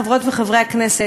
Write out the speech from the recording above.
חברות וחברי הכנסת,